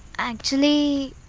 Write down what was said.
actually,